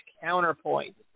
Counterpoint